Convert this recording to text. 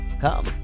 come